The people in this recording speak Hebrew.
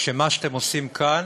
שמה שאתם עושים כאן,